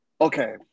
Okay